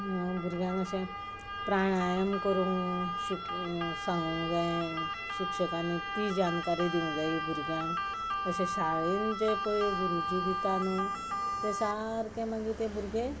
भुरग्यांक अशें प्राणायम करून शिकोवन सांगूं जाये शिक्षकांनी ती जानकारी दिवंक जायी भुरग्यांक अशें शाळेन जें पळय गुरुजी दिता न्हय तें सारकें मागीर ते भुरग्यांच्या